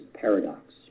paradox